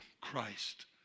Christ